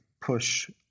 push